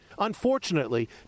unfortunately